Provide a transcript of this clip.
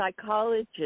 psychologist